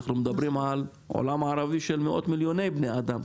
אנחנו מדברים על העולם הערבי של מאות מיליוני בני אדם,